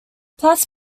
platt